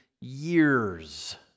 years